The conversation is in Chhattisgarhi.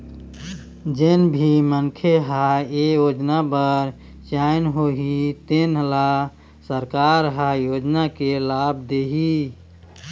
जेन भी मनखे ह ए योजना बर चयन होही तेन ल सरकार ह योजना के लाभ दिहि